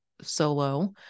solo